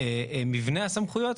מבנה הסמכויות.